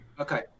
Okay